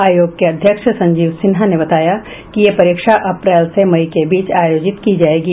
आयोग के अध्यक्ष संजीव सिन्हा ने बताया कि ये परीक्षा अप्रैल से मई के बीच आयोजित की जायेगी